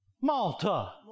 Malta